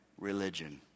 religion